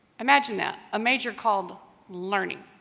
imagine that a major called learning